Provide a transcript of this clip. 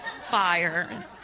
Fire